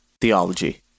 Theology